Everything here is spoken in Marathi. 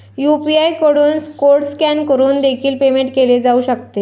यू.पी.आय कडून कोड स्कॅन करून देखील पेमेंट केले जाऊ शकते